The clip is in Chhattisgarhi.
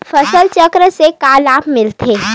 फसल चक्र से का लाभ मिलथे?